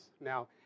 Now